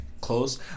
close